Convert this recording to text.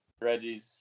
Reggie's